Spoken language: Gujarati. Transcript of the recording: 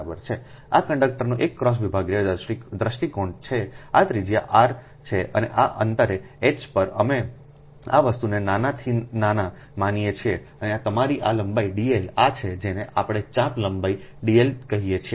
તેથી આ કંડક્ટરનો એક ક્રોસ વિભાગીય દૃષ્ટિકોણ છે આ ત્રિજ્યા આર છે અને અંતરે H પર અમે આ વસ્તુને નાનાથી નાના માનીએ છીએ અને તમારી આ લંબાઈ dl આ છે જેને આપણે ચાપ લંબાઈ dl કહીએ છીએ